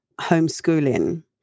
homeschooling